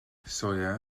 soia